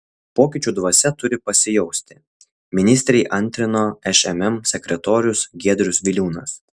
pokyčių dvasia turi pasijausti ministrei antrino šmm sekretorius giedrius viliūnas